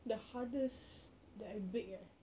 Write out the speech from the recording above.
the hardest that I bake eh